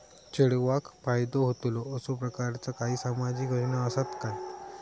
चेडवाक फायदो होतलो असो प्रकारचा काही सामाजिक योजना असात काय?